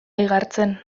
igartzen